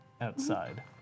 outside